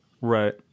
Right